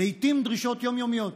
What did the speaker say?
"לעיתים דרישות יום-יומיות,